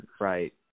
Right